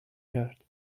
کرد